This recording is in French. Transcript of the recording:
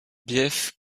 bief